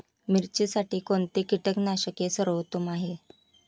मिरचीसाठी कोणते कीटकनाशके सर्वोत्तम आहे?